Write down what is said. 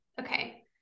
Okay